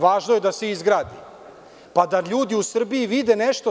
Važno je da se izgradi, pa da ljudi u Srbiji vide nešto.